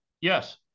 Yes